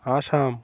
Assam